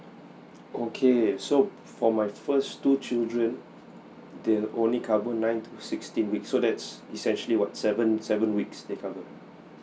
okay so for my first two children they only cover nine to sixteen weeks so that's essentially what seven seven weeks they covered